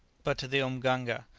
but to the mganga,